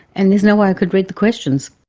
and is no way i could read the questions.